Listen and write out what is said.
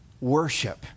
worship